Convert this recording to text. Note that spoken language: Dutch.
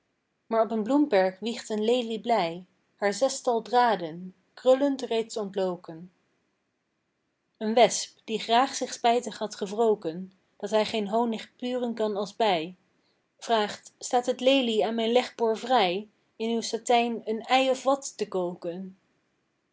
maar op een bloemperk wiegt een lelie blij haar zestal draden krullend reeds ontloken een wesp die graag zich spijtig had gewroken dat hij geen honig puren kan als bij vraagt staat het lelie aan mijn legboor vrij in uw satijn een ei of wat te koken